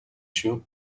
шүү